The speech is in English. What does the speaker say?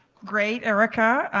great, erica,